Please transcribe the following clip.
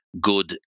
good